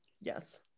Yes